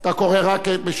קורא רק,